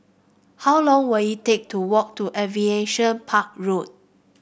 how long will it take to walk to Aviation Park Road